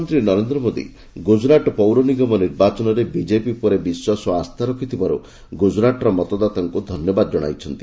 ପ୍ରଧାନମନ୍ତ୍ରୀ ନରେନ୍ଦ୍ର ମୋଦି ଗୁକ୍ତୁରାଟ ପୌର ନିଗମ ନିର୍ବାଚନରେ ବିଜେପି ଉପରେ ବିଶ୍ୱାସ ଓ ଆସ୍ଥା ରଖିଥିବାରୁ ଗୁକୁରାଟର ମତଦାତାଙ୍କୁ ଧନ୍ୟବାଦ ଜଣାଇଛନ୍ତି